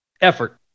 effort